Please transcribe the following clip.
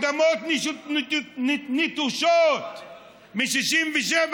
אדמות נטושות מ-67'.